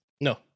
No